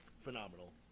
phenomenal